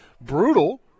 brutal